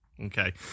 Okay